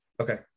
Okay